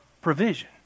provision